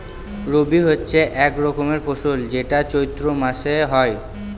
রবি হচ্ছে এক রকমের ফসল যেটা চৈত্র মাসে হয়